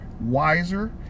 wiser